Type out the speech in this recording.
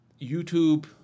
YouTube